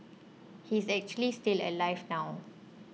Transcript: he's actually still alive now